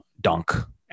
dunk